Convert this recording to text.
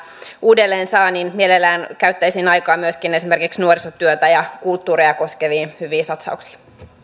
uudelleen saan niin mielelläni käyttäisin aikaa myöskin esimerkiksi nuorisotyötä ja kulttuuria koskeviin hyviin satsauksiin